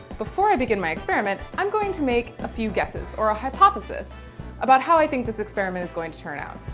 before i begin my experiment, i'm going to make a few guesses or a hypothesis about how i think this experiment is going to turn out.